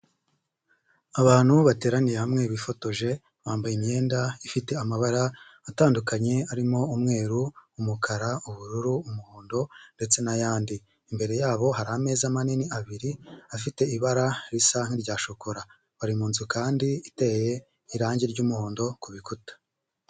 Abantu bateraniye hamwe bifotoje, bambaye imyenda ifite amabara atandukanye arimo umweru, umukara, ubururu, umuhondo ndetse n'ayandi. Imbere yabo hari ameza manini abiri afite ibara risa nk'irya shokora, bari munzu kandi iteye irangi ry'umuhondo ku bikuta.